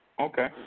Okay